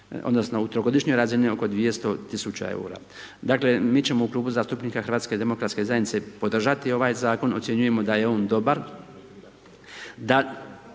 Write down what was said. odnosno u trogodišnjoj razini oko 200 tisuća eura. Dakle mi ćemo u Klubu zastupnika HDZ-a podržati ovaj zakon, ocjenjujemo da je on dobar, da